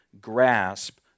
grasp